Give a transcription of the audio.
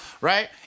right